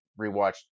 rewatched